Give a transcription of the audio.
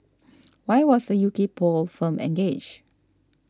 why was a U K poll firm engaged